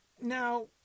now